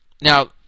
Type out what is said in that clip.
Now